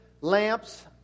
lamps